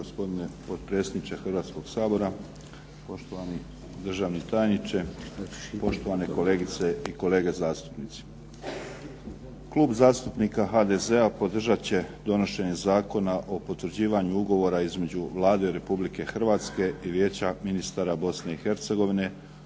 Hrvatskog sabora, poštovani državni tajniče, poštovane kolegice i kolege zastupnici. Klub HDZ-a podržat će donošenje Zakona o potvrđivanju ugovora između Vlade Republike Hrvatske i Vijeća ministara Bosne i Hercegovine